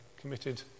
committed